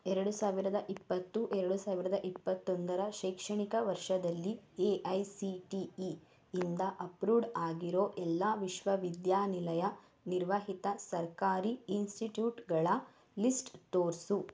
ಎರಡು ಸಾವಿರದ ಇಪ್ಪತ್ತು ಎರಡು ಸಾವಿರದ ಇಪ್ಪತ್ತೊಂದರ ಶೈಕ್ಷಣಿಕ ವರ್ಷದಲ್ಲಿ A I C T E ಇಂದ ಅಪ್ರೂವ್ಡ್ ಆಗಿರೋ ಎಲ್ಲ ವಿಶ್ವವಿದ್ಯಾನಿಲಯ ನಿರ್ವಹಿತ ಸರ್ಕಾರಿ ಇನ್ಸ್ಟಿಟ್ಯೂಟ್ಗಳ ಲಿಸ್ಟ್ ತೋರಿಸು